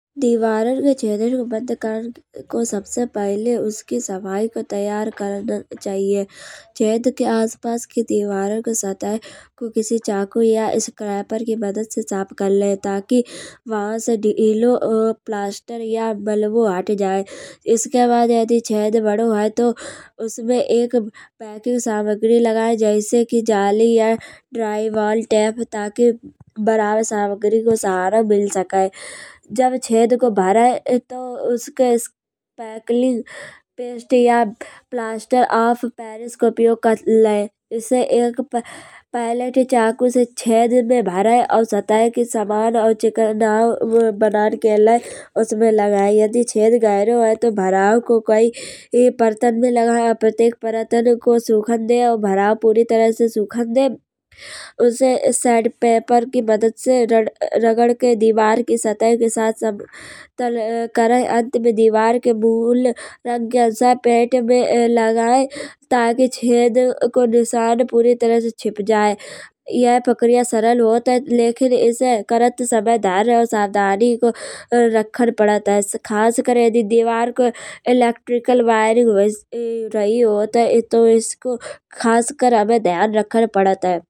दीवारन के छेदन को बंद करन को सबसे पहले उसकी सफाई को तैयार करना चाहिए। चेद के आस पास दीवारो की सतह को किसी चाकू या स्क्रापर की मदद से साफ करले। ताकि वहां से प्रासतर या वेल्वो हट जाए। उसके बाद यदि चेद बड़ो है। तो उसमें एक बहतरीन सामग्री लगाए जैसे कि जाली है। तरीवळत तप तकी बराबर सामग्री को सहारा मिल सके। जब चेद को भरेंगे तो उसके पाकली प्लास्तर ऑफ पेरिस को उपयोग कर ले। इसे एक पहले तो चाकू से चेद में भरे और सतह की समान चिकनाओ बनाए के लाने उसमें लगाए। यदि चेद गहरो है तो भराो को कई परतन में लगाए और प्रतीक प्रति को सुखन दे और भराो पूरी तरह से सुखन दे। उसे सैंड पेपर की मदद से रगड़ के दीवार की सतह भी साथ सब करे। अंत में दीवार के वूल रगया से पेट में लगाए। ताकि चेद को निशान पूरे तरह से छुप जाए। ये प्रक्रिया सरल बहुत है। लेकिन इसे करात समय धैर्य और सयो सयधानी को रखन पड़त है। खास कर यदि दीवार को इलेक्ट्रिकल वायरींग रही होत है। तो इसको खास कर हमें ध्यान रखन पड़त है।